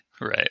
Right